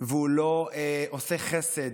והוא לא עושה חסד